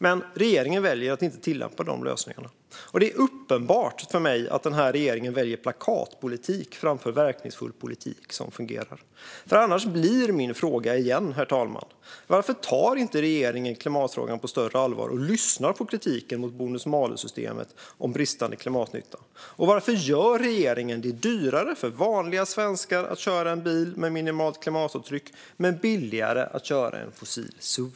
Men regeringen väljer att inte tillämpa de här lösningarna. Det är uppenbart för mig att den här regeringen väljer plakatpolitik framför verkningsfull politik som fungerar. Annars blir min fråga igen, herr talman: Varför tar inte regeringen klimatfrågan på större allvar och lyssnar på kritiken mot bonus-malus-systemet om bristande klimatnytta? Och varför gör regeringen det dyrare för vanliga svenskar att köra en bil med minimalt klimatavtryck men billigare att köra en fossil-suv?